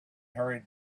hurried